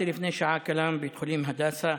מבית החולים הדסה.